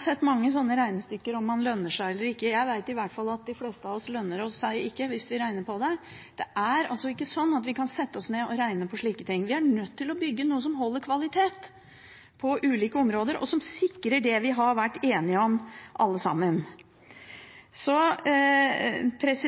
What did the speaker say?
sett mange slike regnestykker om hvorvidt man lønner seg eller ikke. Jeg vet i hvert fall at de fleste av oss lønner seg ikke, hvis vi regner på det. Det er altså ikke slik at vi kan sette oss ned og regne på slike ting. Vi er nødt til å bygge noe som holder god kvalitet på ulike områder, og som sikrer det vi alle sammen har vært